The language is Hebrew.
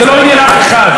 זה לא עניין אף אחד.